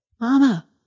Mama